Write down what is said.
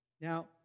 Now